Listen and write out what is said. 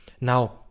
Now